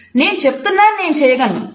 " "నేను చెబుతున్నాను నేను చేయగలను